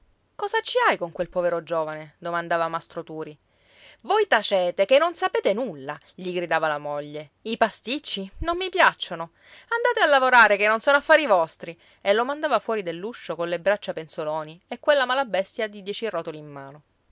cosa ci hai con quel povero giovane domandava mastro turi voi tacete ché non sapete nulla gli gridava la moglie i pasticci non mi piacciono andate a lavorare che non sono affari vostri e lo mandava fuori dell'uscio colle braccia penzoloni e quella malabestia di dieci rotoli in mano